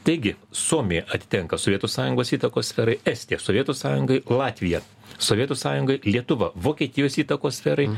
taigi suomija atitenka sovietų sąjungos įtakos sferai estija sovietų sąjungai latvija sovietų sąjungai lietuva vokietijos įtakos sferai